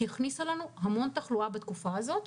הכניס לנו המון תחלואה בתקופה הזאת.